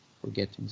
forgetting